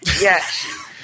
Yes